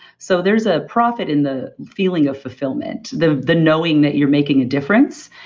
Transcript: so, there's a profit in the feeling of fulfillment, the the knowing that you're making a difference.